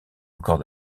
encore